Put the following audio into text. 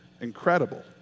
incredible